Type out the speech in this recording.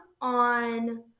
on